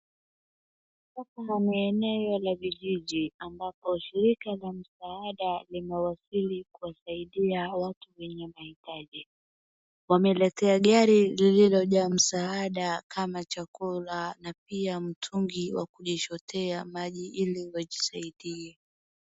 Hapa ni eneo la vijiji, ambapo shirika la msaada linawasili kuwasaidia watu wenye mahitaji. Wameletea gari lililojaa msaada kama chakula na pia mtungi wa kulichotea maji ili wajisaidie.